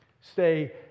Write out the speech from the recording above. Stay